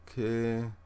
Okay